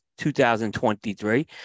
2023